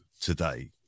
today